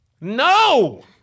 No